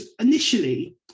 initially